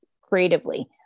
creatively